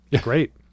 Great